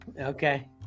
Okay